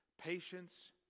patience